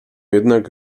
jednak